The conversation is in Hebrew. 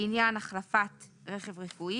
לעניין החלפת רכב רפואי,